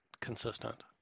consistent